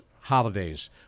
holidays